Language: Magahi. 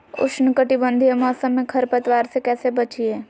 उष्णकटिबंधीय मौसम में खरपतवार से कैसे बचिये?